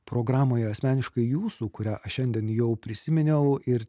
programoje asmeniškai jūsų kurią aš šiandien jau prisiminiau ir